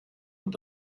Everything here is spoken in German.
und